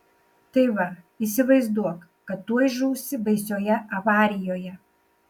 tai va įsivaizduok kad tuoj žūsi baisioje avarijoje